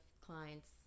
clients